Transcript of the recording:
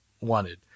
wanted